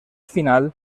final